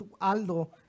Aldo